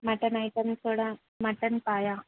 mutton item కూడా mutton పాయ